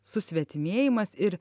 susvetimėjimas ir